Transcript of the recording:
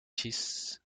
chis